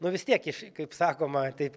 nu vis tiek iš kaip sakoma taip